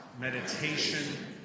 meditation